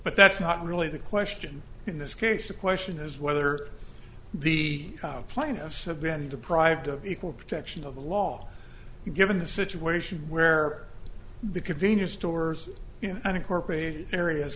but that's not really the question in this case the question is whether the plaintiffs have been deprived of equal protection of the law given the situation where the convenience stores and incorporated areas